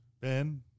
Ben